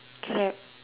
crab